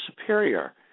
Superior